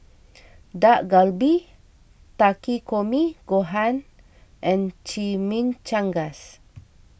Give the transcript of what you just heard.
Dak Galbi Takikomi Gohan and Chimichangas